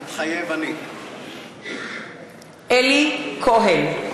מתחייב אני אלי כהן,